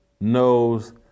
knows